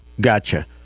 Gotcha